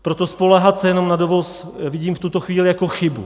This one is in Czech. Proto spoléhat se jenom na dovoz vidím v tuto chvíli jako chybu.